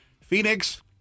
Phoenix